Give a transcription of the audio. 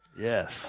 Yes